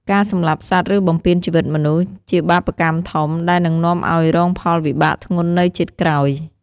ការសម្លាប់សត្វ ឬបំពានជីវិតមនុស្ស ជាបាបកម្មធំ ដែលនឹងនាំឲ្យរងផលវិបាកធ្ងន់នៅជាតិក្រោយ ។